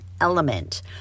element